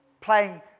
playing